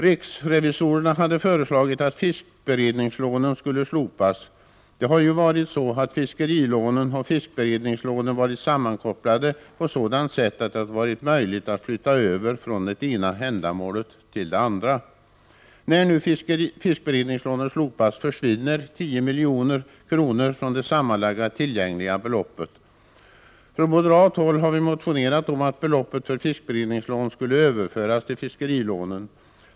Riksrevisorerna hade föreslagit att fiskberedningslånen skulle slopas. Fiskerilånen och fiskberedningslånen har ju varit sammankopplade på sådant sätt att det har varit möjligt att flytta över medel från det ena ändamålet till det andra. När nu fiskberedningslånen slopas försvinner 10 milj.kr. från det sammanlagda tillgängliga beloppet. Från moderat håll har vi motionerat om att beloppet för fiskberedningslån skulle överföras till fiskerilånen.